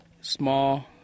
small